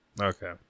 okay